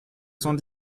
cent